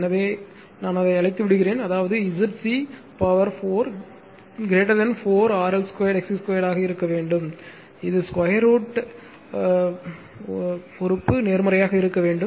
எனவே நான் அதை அழித்து விடுகிறேன் அதாவது ZC power 4 4 RL 2 XC 2 ஆக இருக்க வேண்டும் இது 2 √ நேர்மறையாக இருக்க வேண்டும்